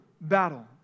battle